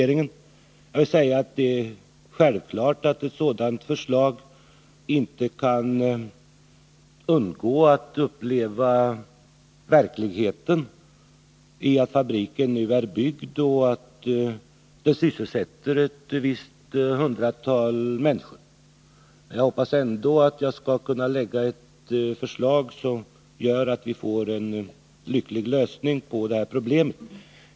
Det är självklart att man när det gäller ett sådant förslag inte kan undgå att uppleva verkligheten, dvs. att fabriken nu är byggd och att något hundratal människor sysselsätts där. Jag hoppas ändå att jag skall kunna lägga fram ett förslag som gör att vi får en lycklig lösning på problemet.